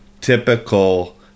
typical